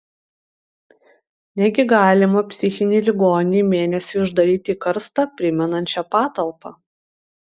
negi galima psichinį ligonį mėnesiui uždaryti į karstą primenančią patalpą